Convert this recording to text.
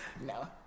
No